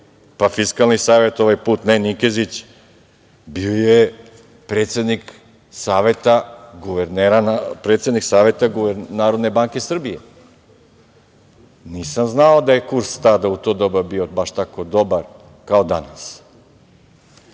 pa Fiskalni savet, ovaj put ne Nikezić, bio je predsednik Saveta NBS. Nisam znao da je kurs tada u to doba bio baš tako dobar kao danas.